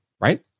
Right